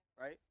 right